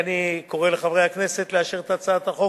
אני קורא לחברי הכנסת לאשר את הצעת החוק